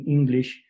English